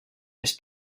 més